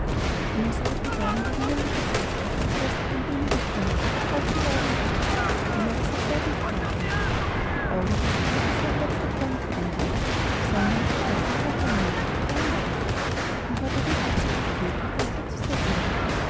hätte gern neben nellie gesessen mit der sie in den wenigen stunden so vertraut geworden war die aber saß weit entfernt von ihr augenblicklich hatte sie ihren platz noch gar nicht eingenommen sondern sie stand mit noch einem mädchen an einem nebentische und war der wirtschafterin behilflich den thee zu servieren